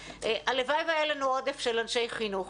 הלוואי שהיה לנו עודף של אנשי חינוך,